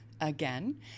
again